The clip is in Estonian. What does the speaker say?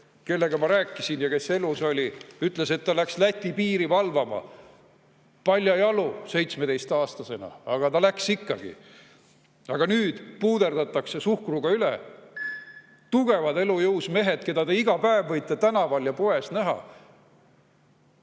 kellega ma rääkisin, ütles, et ta läks Läti piiri valvama paljajalu, 17-aastasena. Aga ta läks ikkagi. Aga nüüd puuderdatakse suhkruga üle tugevad elujõus mehed, keda te iga päev võite tänaval ja poes näha.